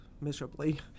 miserably